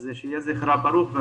אז שיהיה זכרה ברוך.